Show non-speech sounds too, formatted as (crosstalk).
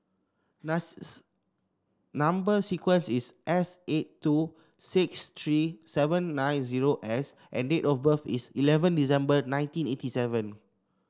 (unintelligible) number sequence is S eight two six three seven nine zero S and date of birth is eleven December nineteen eighty seven